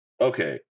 okay